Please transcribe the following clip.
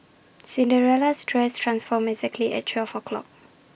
Cinderella's dress transformed exactly at twelve o'clock